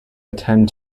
attend